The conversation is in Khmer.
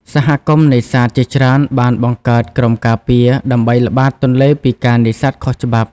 សហគមន៍នេសាទជាច្រើនបានបង្កើត ក្រុមការពារ ដើម្បីល្បាតទន្លេពីការនេសាទខុសច្បាប់។